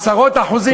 עשרות אחוזים,